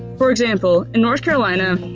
for example in north carolina